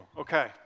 Okay